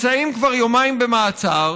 מדינה.